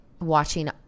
watching